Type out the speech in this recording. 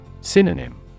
Synonym